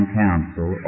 council